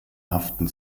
haften